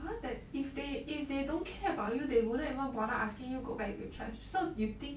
!huh! that if they if they don't care about you they wouldn't even bother asking you go back to church so you think